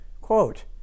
Quote